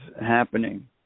happening